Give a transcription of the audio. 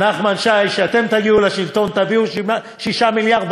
כשאתם תגיעו לשלטון ותביאו 6 מיליארד,